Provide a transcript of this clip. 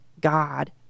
God